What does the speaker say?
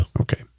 Okay